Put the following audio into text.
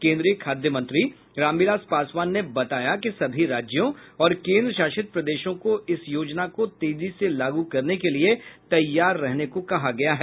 केन्द्रीय खाद्य मंत्री रामविलास पासवान ने बताया कि सभी राज्यों और केन्द्रशासित प्रदेशों को इस योजना को तेजी से लागू करने के लिए तैयार रहने को कहा है